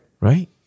Right